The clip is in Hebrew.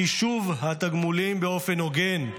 חישוב התגמולים באופן הוגן,